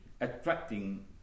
attracting